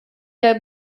der